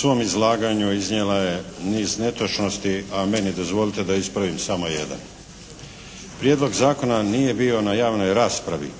svom izlaganju iznijela je niz netočnosti a meni dozvolite da ispravim samo jedan. Prijedlog zakona nije bio na javnoj raspravi